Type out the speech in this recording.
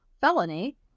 felony